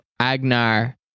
Agnar